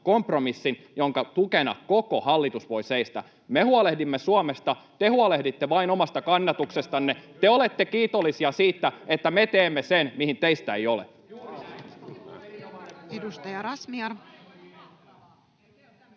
jonka tukena koko hallitus voi seistä. Me huolehdimme Suomesta, te huolehditte vain omasta kannatuksestanne. Te olette kiitollisia siitä, että me teemme sen, mihin teistä ei ole.